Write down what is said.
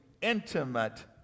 intimate